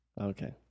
Okay